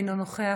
אינו נוכח,